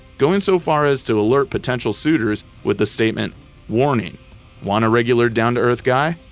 going so far as to alert potential suitors with the statement warning want a regular, down to earth guy?